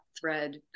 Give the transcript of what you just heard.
thread